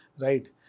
right